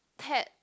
Ted